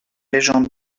légende